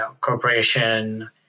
corporation